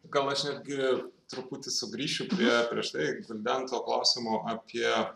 gal aš netgi truputį sugrįšiu prie prieš tai gvildento klausimo apie